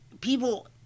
People